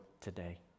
today